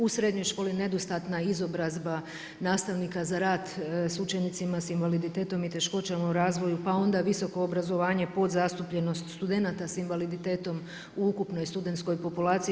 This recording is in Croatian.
U srednjoj školi nedostatna izobrazba nastavnika za rad s učenicima i invaliditetom i teškoćama u razvoju, pa onda visoko obrazovanje, podzastupljenost studenata s invaliditetom u ukupnoj studentskoj populaciji.